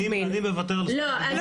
אני מוותר על זכות הדיבור שלי --- לא.